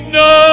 no